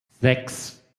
sechs